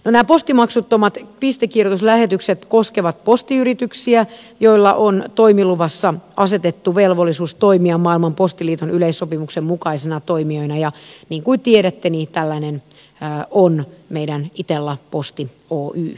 nämä postimaksuttomat pistekirjoituslähetykset koskevat postiyrityksiä joilla on toimiluvassa asetettu velvollisuus toimia maailman postiliiton yleissopimuksen mukaisina toimijoina ja niin kuin tiedätte tällainen on meidän itella posti osakeyhtiö